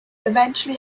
eventually